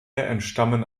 entstammen